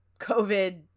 COVID